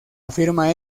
afirma